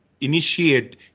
initiate